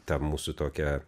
tą mūsų tokią